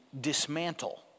dismantle